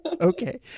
Okay